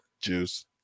juice